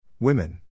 Women